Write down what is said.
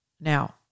Now